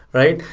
right?